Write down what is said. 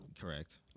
Correct